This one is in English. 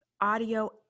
audio